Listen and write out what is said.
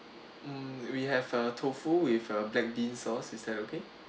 mm we have a tofu with a black bean sauce is that okay